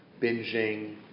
binging